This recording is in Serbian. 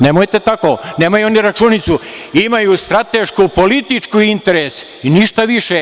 Nemojte tako, nemaju oni računicu, imaju strateško-politički interes i ništa više.